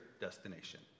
destination